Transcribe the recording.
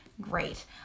Great